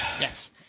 yes